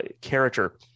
character